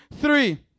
three